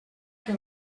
que